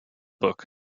book